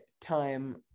time